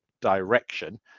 direction